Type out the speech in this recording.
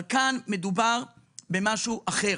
אבל כאן בכל זאת מדובר במשהו אחר,